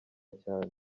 cyane